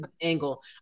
angle